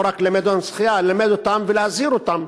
לא רק ללמד אותם שחייה, ללמד אותם ולהזהיר אותם,